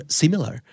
similar